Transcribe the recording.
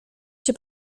się